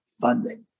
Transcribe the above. funding